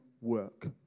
work